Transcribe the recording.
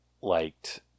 liked